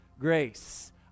grace